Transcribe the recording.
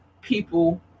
people